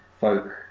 folk